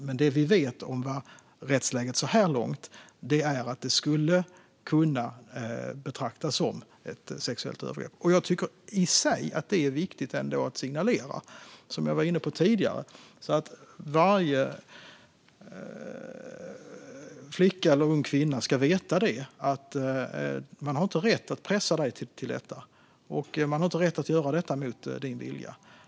Men enligt det vi vet om rättsläget så här långt skulle det kunna betraktas som ett sexuellt övergrepp. Jag tycker att det är viktigt i sig att signalera detta, som jag var inne på tidigare. Varje flicka eller ung kvinna ska veta att ingen har rätt att pressa henne till detta. Ingen har rätt att göra detta mot hennes vilja.